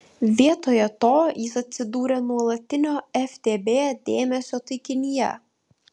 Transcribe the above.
vietoje to jis atsidūrė nuolatinio ftb dėmesio taikinyje